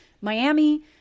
Miami